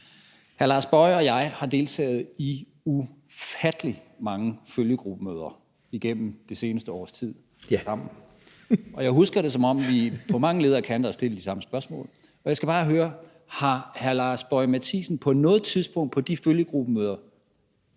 Mathiesen og jeg har sammen deltaget i ufattelig mange følgegruppemøder igennem det seneste års tid, og jeg husker det, som om vi på mange leder og kanter har stillet de samme spørgsmål. Og jeg skal bare høre: Har hr. Lars Boje Mathiesen på noget tidspunkt på de følgegruppemøder